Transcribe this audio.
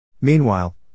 Meanwhile